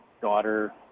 daughter